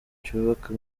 cyubaka